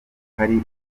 hari